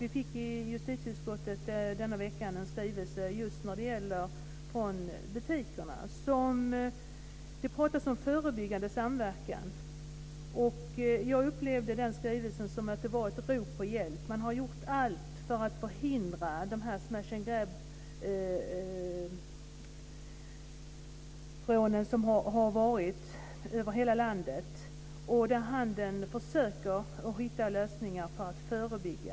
Vi fick i justitieutskottet denna vecka en skrivelse från butikerna. Det pratas om förebyggande samverkan. Jag upplevde den skrivelsen som att det var ett rop på hjälp. Man har gjort allt för att förhindra de här smash and grab-rånen, som har förekommit över hela landet. Handeln försöker hitta lösningar för att förebygga.